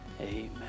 amen